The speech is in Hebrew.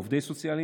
עובדים סוציאליים.